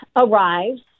arrives